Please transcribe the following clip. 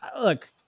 look